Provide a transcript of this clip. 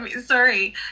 sorry